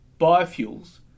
biofuels